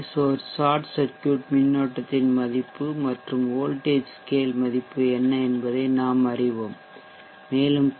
source short circuit மின்னோட்டத்தின் மதிப்பு மற்றும் வோல்ட்டேஜ் ஸ்கேல் மதிப்பு என்ன என்பதை நாம் அறிவோம் மேலும் பி